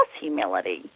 humility